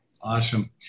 Awesome